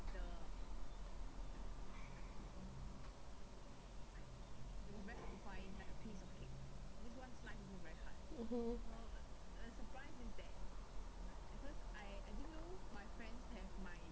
mmhmm